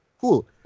cool